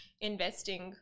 investing